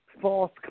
false